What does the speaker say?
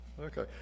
Okay